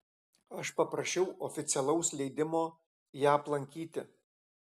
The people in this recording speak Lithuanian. aš paprašiau oficialaus leidimo ją aplankyti